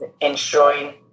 ensuring